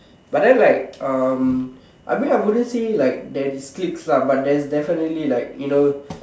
but then like um I bet I wouldn't say like there is cliques but there's definitely like you know